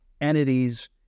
entities